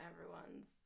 everyone's